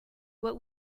what